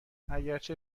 اگرچه